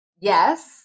Yes